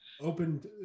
opened